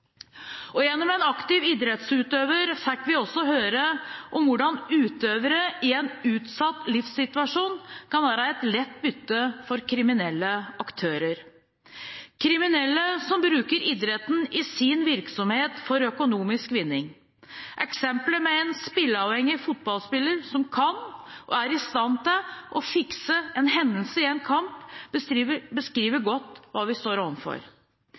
Gjennom en aktiv idrettsutøver fikk vi også høre om hvordan utøvere i en utsatt livssituasjon kan være et lett bytte for kriminelle aktører – kriminelle som bruker idretten i sin virksomhet for økonomisk vinning. Eksempelet med en spilleavhengig fotballspiller som kan – og er i stand til – fikse en hendelse i en kamp, beskriver godt hva vi står